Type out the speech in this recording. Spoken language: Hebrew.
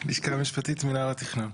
לשכה משפטית, מינהל התכנון.